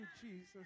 Jesus